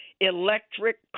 electric